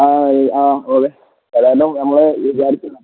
ആ ആ ഓക്കെ ഏതായാലും ഞങ്ങൾ വിചാരിച്ചതല്ല